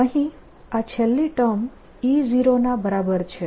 અહીં આ છેલ્લી ટર્મ E0 ના બરાબર છે